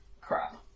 Crap